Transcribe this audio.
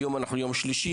היום אנחנו יום שלישי,